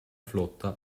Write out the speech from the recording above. flotta